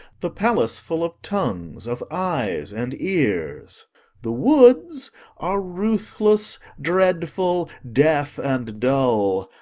the palace full of tongues, of eyes, and ears the woods are ruthless, dreadful, deaf, and dull.